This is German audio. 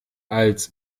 als